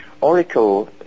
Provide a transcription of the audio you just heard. Oracle